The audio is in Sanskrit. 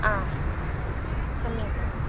आ सम्यक् म्या